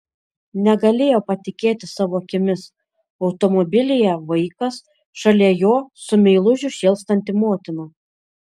negalėjo patikėti savo akimis automobilyje vaikas šalia jo su meilužiu šėlstanti motina